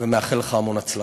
ואני מאחל לך המון הצלחה.